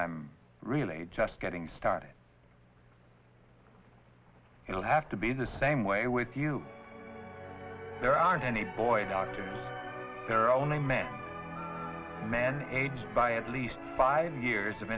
i'm really just getting started it will have to be the same way with you there aren't any boy doctors there are only men man age by at least five years of